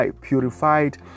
purified